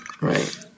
Right